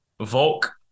Volk